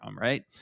right